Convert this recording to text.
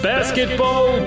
Basketball